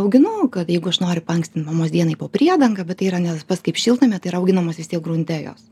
auginu kad jeigu aš noriu paankstint mamos dienai po priedanga bet tai yra ne pats kaip šiltnamy auginamos vis tiek grunte jos